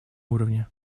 уровне